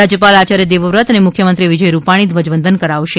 રાજ્યપાલ આચાર્ય દેવવ્રત અને મુખ્યમંત્રી વિજય રૂપાણી ધ્વજવંદન કરાવશે